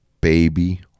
Baby